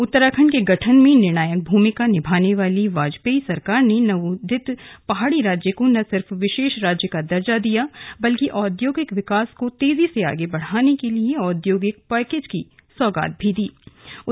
उत्तराखंड के गठन में निर्णायक भूमिका निभाने वाली वाजपेयी सरकार ने नवोदित पहाड़ी राज्य को न सिर्फ विशेष राज्य का दर्जा दिया बल्कि औद्योगिक विकास को तेजी से आगे बढ़ाने के लिए औद्योगिक पैकेज की सौगात भी दी थी